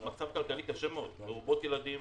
במצב כלכלי קשה מאוד: מרובות ילדים